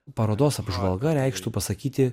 parodos apžvalga reikštų pasakyti